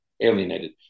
alienated